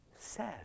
says